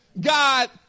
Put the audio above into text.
God